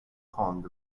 cons